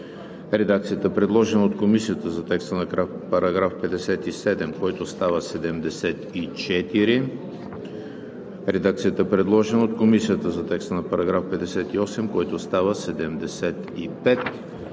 редакцията, предложена от Комисията за текста на § 57, който става § 74; редакцията, предложена от Комисията за текста на § 58, който става §